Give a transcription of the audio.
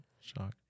shock